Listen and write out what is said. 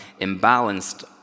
imbalanced